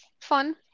fun